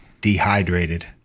dehydrated